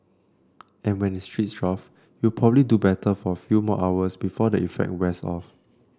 and when its switched off you'll probably do better for a few more hours before the effect wears off